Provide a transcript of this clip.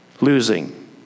Losing